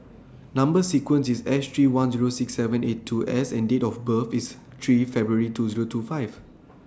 Number sequence IS S three one Zero six seven eight two S and Date of birth IS three February two Zero two five